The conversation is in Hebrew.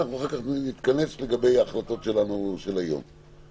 אנחנו רוצים להוריד את זה ל-1 ל-4 בתיקון הבא.